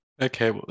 Okay